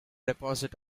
deposit